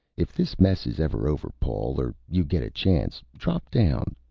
if this mess is ever over, paul, or you get a chance, drop down,